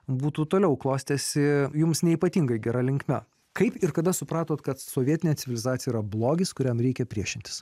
būtų toliau klostėsi jums ne ypatingai gera linkme kaip ir kada supratote kad sovietinė civilizacija yra blogis kuriam reikia priešintis